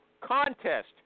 Contest